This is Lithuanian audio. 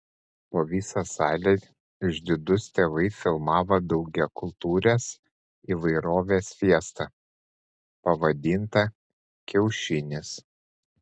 po visą salę išdidūs tėvai filmavo daugiakultūrės įvairovės fiestą pavadintą kiaušinis